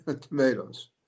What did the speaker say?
tomatoes